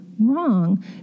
wrong